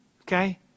Okay